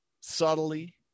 subtly